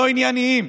לא ענייניים,